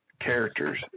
characters